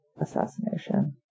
assassination